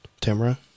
Timra